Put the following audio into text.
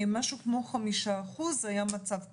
משהו כמו 5%. היה מצב קשה,